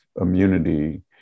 immunity